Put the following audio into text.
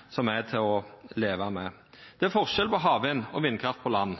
så eg meiner at me må finna løysingar som er til å leva med. Det er forskjell på havvind og vindkraft på land.